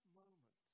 moment